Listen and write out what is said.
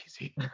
easy